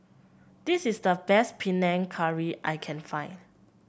this is the best Panang Curry I can find